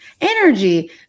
Energy